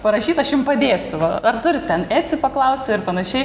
parašyt aš jum padėsiu ar turit ten etsi paklausė ir panašiai